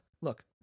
look